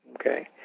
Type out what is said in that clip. okay